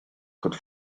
could